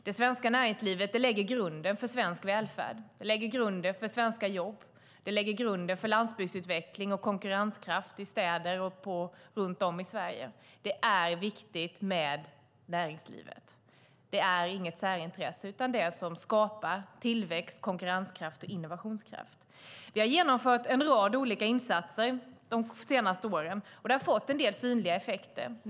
Det svenska näringslivet lägger grunden för svensk välfärd, svenska jobb, landsbygdsutveckling och konkurrenskraft i städer och runt om i Sverige. Det är viktigt med näringslivet. Det är inget särintresse utan det som skapar tillväxt, konkurrenskraft och innovationskraft. Vi har genomfört en rad olika insatser de senaste åren. Det har fått en del synliga effekter.